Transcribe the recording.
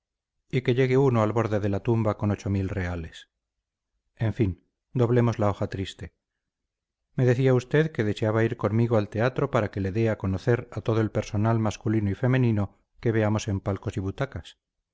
y que llegue uno al borde de la tumba con ocho mil reales en fin doblemos la hoja triste me decía usted que desea ir conmigo al teatro para que le dé a conocer a todo el personal masculino y femenino que veamos en palcos y butacas